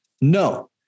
No